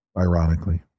Ironically